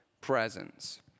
presence